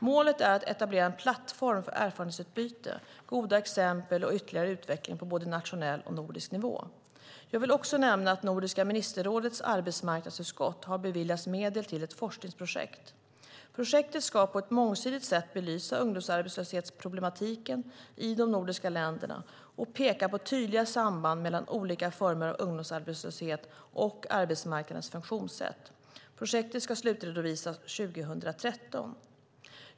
Målet är att etablera en plattform för erfarenhetsutbyte, goda exempel och ytterligare utveckling på både nationell och nordisk nivå. Jag vill också nämna att Nordiska ministerrådets arbetsmarknadsutskott har beviljat medel till ett forskningsprojekt. Projektet ska på ett mångsidigt sätt belysa ungdomsarbetslöshetsproblematiken i de nordiska länderna och peka på tydliga samband mellan olika former av ungdomsarbetslöshet och arbetsmarknadens funktionssätt. Projektet ska slutredovisas 2013.